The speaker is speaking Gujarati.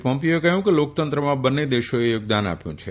પોમ્પીયોએ કહ્યું કે લોક તંત્રમાં બંને દેશોએ યોગદાન આપ્યું છે